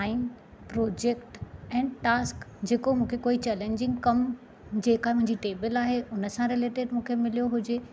time project ऐं task जेको मूंखे कोई चैलेंजिंग कमु जेका मुंहिंजी टेबल आहे हुन सां रिलेटेड मूंखे मिलियो हुजे